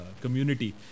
community